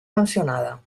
mencionada